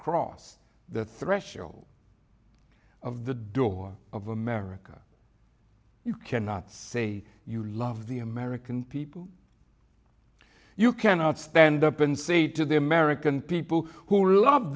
across the threshold of the door of america you cannot say you love the american people you cannot stand up and say to the american people who love